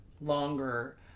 longer